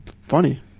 funny